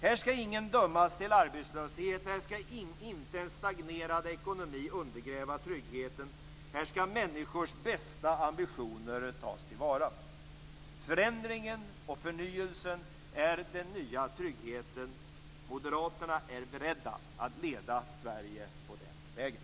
Här skall ingen dömas till arbetslöshet. Här skall inte en stagnerad ekonomi undergräva tryggheten. Här skall människors bästa ambitioner tas till vara. Förändringen och förnyelsen är den nya tryggheten. Moderaterna är beredda att leda Sverige på den vägen.